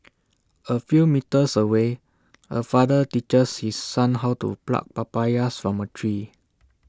A few metres away A father teaches his son how to pluck papayas from A tree